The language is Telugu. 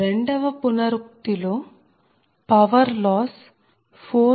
రెండవ పునరుక్తి లో పవర్ లాస్ 4